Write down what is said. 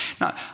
Now